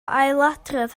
ailadrodd